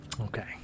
Okay